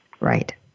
Right